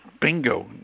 bingo